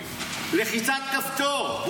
לחיצת כפתור.